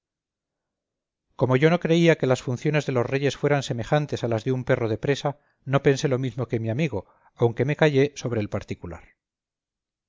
como yo no creía que las funciones de los reyes fueran semejantes a las de un perro de presa no pensé lo mismo que mi amigo aunque me callé sobre el particular